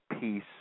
peace